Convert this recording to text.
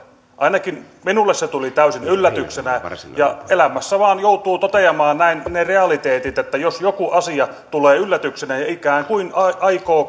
ainakin minulle se tuli täysin yllätyksenä ja elämässä vain joutuu toteamaan ne realiteetit että jos joku asia tulee yllätyksenä ja ikään kuin aikoo